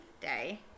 day